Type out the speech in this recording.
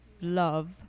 love